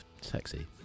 sexy